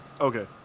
Okay